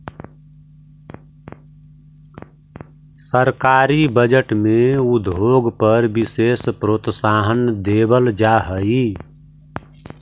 सरकारी बजट में उद्योग पर विशेष प्रोत्साहन देवल जा हई